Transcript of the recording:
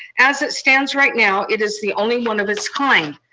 as it stands right now, it is the only one of its kind.